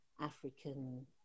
African